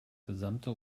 gesamte